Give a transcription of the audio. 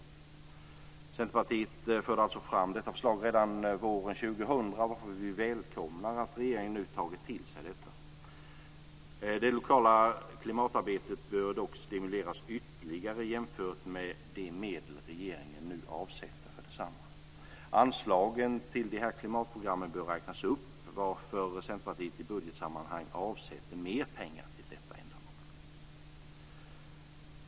Centerpartiet förde fram detta förslag redan våren 2000, och vi välkomnar att regeringen nu har tagit till sig detta. Det lokala klimatarbetet bör dock stimuleras ytterligare jämfört med de medel regeringen avsätter för desamma. Anslagen till klimatprogrammet bör räknas upp, varför Centerpartiet i budgetsammanhang avsätter mer pengar till detta ändamål.